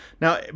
now